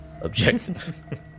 objective